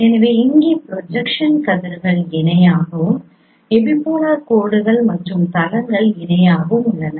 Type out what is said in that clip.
எனவே இங்கேப்ரொஜெக்ஷன் கதிர்கள் இணையாகவும் எபிபோலார் கோடுகள் மற்றும் தளங்கள் இணையாகவும் உள்ளன